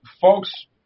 folks